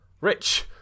Rich